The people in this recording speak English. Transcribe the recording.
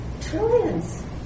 trillions